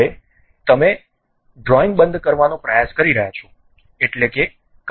હવે તમે ડ્રોઇંગ બંધ કરવાનો પ્રયાસ કરી રહ્યાં છો એટલે કે કંઈપણ સેવ કરશો નહીં